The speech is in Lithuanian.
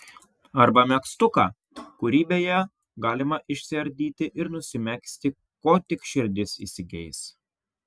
arba megztuką kurį beje galima išsiardyti ir nusimegzti ko tik širdis įsigeis